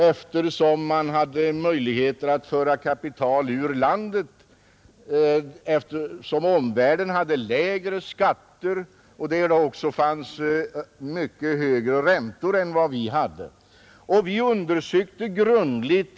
Eftersom omvärlden hade lägre skatter och mycket högre räntor än här hemma fanns det risk för kapitalflykt ur landet.